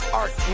art